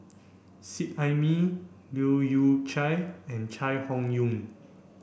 Seet Ai Mee Leu Yew Chye and Chai Hon Yoong